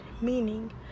meaning